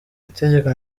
itegeko